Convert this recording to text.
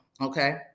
okay